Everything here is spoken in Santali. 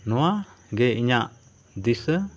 ᱱᱚᱣᱟᱜᱮ ᱤᱧᱟᱹᱜ ᱫᱤᱥᱟᱹ